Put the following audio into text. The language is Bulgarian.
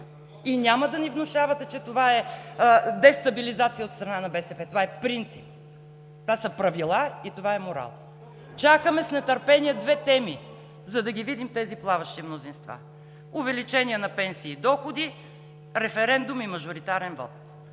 и няма да ни внушавате, че това е дестабилизация от страна на БСП. Това е принцип, това са правила и това е морал. Чакаме с нетърпение две теми, за да ги видим тези плаващи мнозинства – увеличение на пенсии и доходи, референдум и мажоритарен вот.